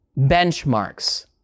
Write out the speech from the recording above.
benchmarks